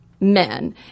men